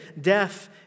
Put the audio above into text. death